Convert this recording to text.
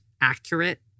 accurate